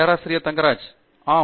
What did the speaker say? பேராசிரியர் ஆண்ட்ரூ தங்கராஜ் ஆம்